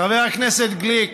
חבר הכנסת גליק,